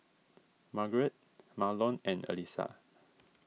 Margeret Marlon and Allyssa